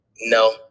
no